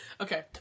okay